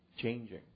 changing